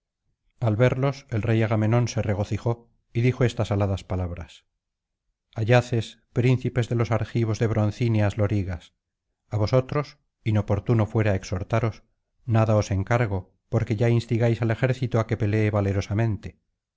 al verlos el rey agamenón se regocijó y dijo estas aladas palabras yaces príncipes de los argivos de broncíneas lorigas a vosotros inoportuno fuera exhortaros nada os encargo porque ya instigáis al ejército á que pelee valerosamente